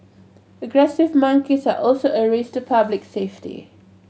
aggressive monkeys are also a risk to public safety